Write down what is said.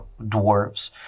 dwarves